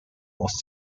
was